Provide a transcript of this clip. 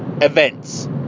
Events